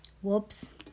Whoops